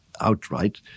outright